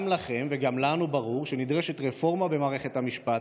גם לכם וגם לנו ברור שנדרשת רפורמה במערכת המשפט.